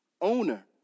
owner